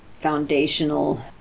foundational